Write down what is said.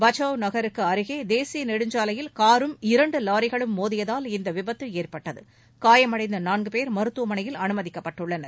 பட்சாவ் நகருக்கு அருகே தேசிய நெடுஞ்சாலையில் காரும் இரண்டு வாரிகளும் மோதியதால் இந்த விபத்து ஏற்பட்டது காயமடைந்த நான்கு பேர் மருத்துவமளையில் அனுமதிக்கப்பட்டுள்ளனர்